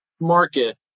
market